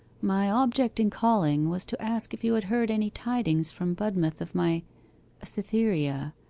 my object in calling was to ask if you had heard any tidings from budmouth of my cytherea.